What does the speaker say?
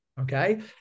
Okay